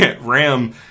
Ram